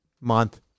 month